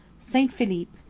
st philippe,